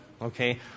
Okay